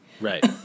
Right